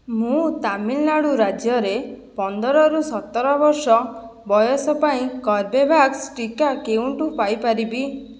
ମୁଁ ତାମିଲନାଡ଼ୁ ରାଜ୍ୟରେ ପନ୍ଦରରୁ ସତର ବର୍ଷ ବୟସ ପାଇଁ କର୍ବେଭ୍ୟାକ୍ସ ଟିକା କେଉଁଠୁ ପାଇପାରିବି